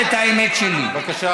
ואת האמת, השמאל.